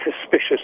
suspicious